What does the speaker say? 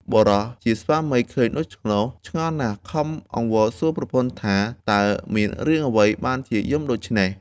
បុរសជាស្វាមីឃើញដូច្នោះឆ្ងល់ណាស់ ខំអង្វរសួរប្រពន្ធថា តើមានរឿងអ្វីបានជាយំដូច្នេះ ?។